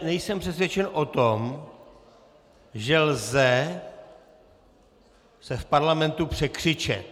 Nejsem přesvědčen o tom, že lze se v parlamentu překřičet.